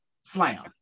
slam